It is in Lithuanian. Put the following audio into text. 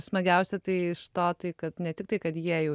smagiausia tai iš to tai kad ne tik tai kad jie jau